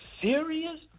serious